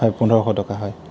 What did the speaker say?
হয় পোন্ধৰশ টকা হয়